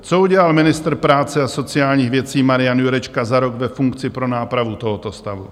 Co udělal ministr práce a sociálních věcí Marian Jurečka za rok ve funkci pro nápravu tohoto stavu?